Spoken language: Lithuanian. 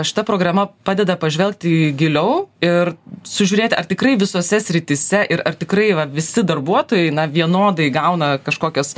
šita programa padeda pažvelgti giliau ir sužiūrėti ar tikrai visose srityse ir ar tikrai va visi darbuotojai na vienodai gauna kažkokias